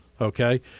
okay